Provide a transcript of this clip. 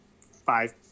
five